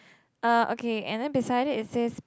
uh okay and then beside it it says